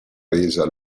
resa